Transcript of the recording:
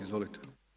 Izvolite.